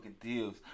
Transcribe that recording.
deals